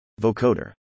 vocoder